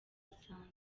asanze